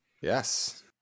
Yes